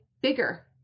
bigger